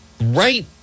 right